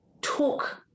talk